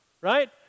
right